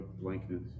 blankness